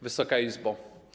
Wysoka Izbo!